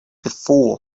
before